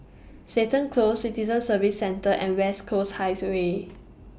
Seton Close Citizen Services Centre and West Coast highs Way